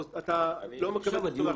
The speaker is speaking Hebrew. אתה לא מקבל הקצבה.